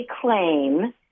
claim